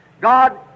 God